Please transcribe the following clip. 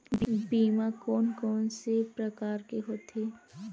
बीमा कोन कोन से प्रकार के होथे?